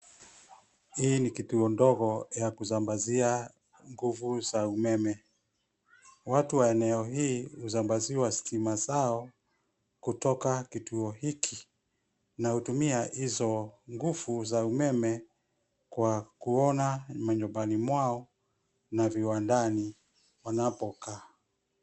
Hii ni kituo ndogo ya kusambazia nguvu za umeme. Watu wa eneo hii husambaziwa stima zao kutoka kituo hiki na hutumia hizo nguvu za umeme kwa kuona manyumbani mwao na viwandani wanapokaa.